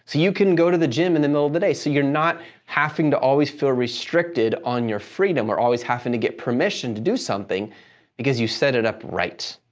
so you can go to the gym in the middle of the day. so, you're not having to always feel restricted on your freedom or always having to get permission to do something because you set it up right.